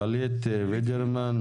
גלית וידרמן,